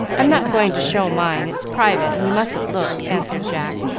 i'm not going to show mine. it's private and you mustn't look, answered jack,